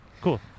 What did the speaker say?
Cool